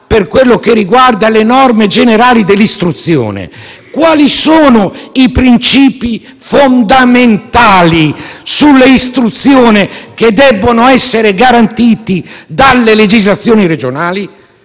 - relativamente alle norme generali dell'istruzione, quali sono i principi fondamentali sull'istruzione che debbono essere garantiti dalle legislazioni regionali?